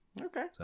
Okay